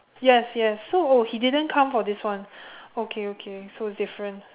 yes yes so oh he didn't come for this one okay okay so it's different